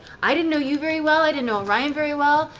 i didn't know you very well, i didn't know orion very well,